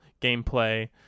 gameplay